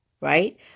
Right